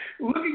Look